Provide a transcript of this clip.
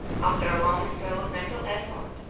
after a long spell of mental effort,